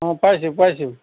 অঁ পাইছোঁ পাইছোঁ